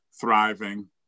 thriving